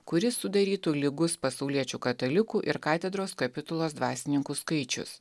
kurį sudarytų lygus pasauliečių katalikų ir katedros kapitulos dvasininkų skaičius